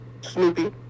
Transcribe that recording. Snoopy